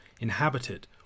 inhabited